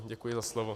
Děkuji za slovo.